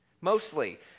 Mostly